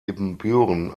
ibbenbüren